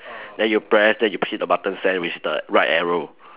then you press then you click the button send which the right arrow